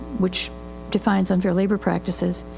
which defines unfair labor practices,